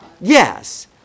Yes